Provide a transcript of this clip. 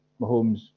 Mahomes